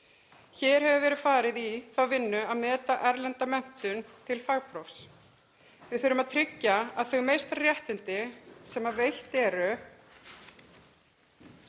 Hér hefur verið farið í þá vinnu að meta erlenda menntun til fagprófs. Við þurfum að tryggja að þau meistararéttindi sem veitt eru